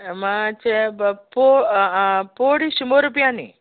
मात्चा बा पो आं आं पोड शुंब रुपयांनी